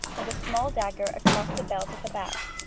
and a small dagger across the belt at the back.